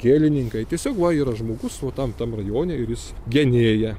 gėlininkai tiesiog va yra žmogus tam tam rajone ir jis genėja